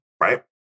right